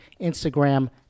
Instagram